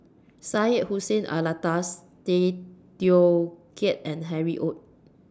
Syed Hussein Alatas Tay Teow Kiat and Harry ORD